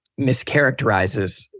mischaracterizes